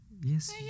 Yes